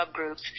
subgroups